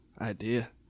idea